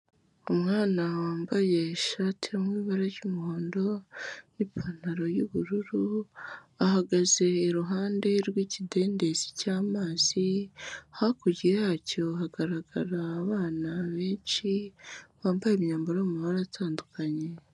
Umwana wambaye ishati iri mu ibara ry'umuhondo n'ipantaro y'ubururu, ahagaze iruhande rw'ikidendezi cy'amazi, hakurya yacyo hagaragara abana benshi bambaye imyambaro yo mu mabara atandukanye.